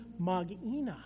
magina